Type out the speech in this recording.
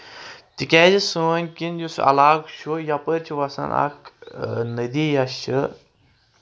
تِکیٛازِ سٲنۍ کِنۍ یُس علاقہٕ چھُ یپٲرۍ چھُ وَسان اکھ ندی یۄس چھِ